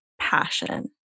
passion